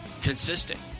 consistent